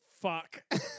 fuck